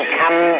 come